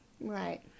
Right